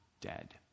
dead